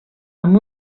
amb